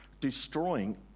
destroying